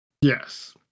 Yes